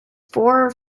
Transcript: four